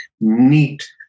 neat